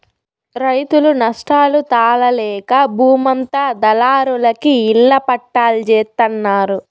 రైతులు నష్టాలు తాళలేక బూమంతా దళారులకి ఇళ్ళ పట్టాల్జేత్తన్నారు